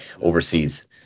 overseas